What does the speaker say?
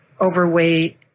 overweight